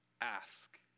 ask